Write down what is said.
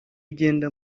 ugenda